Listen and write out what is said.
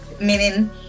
meaning